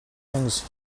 things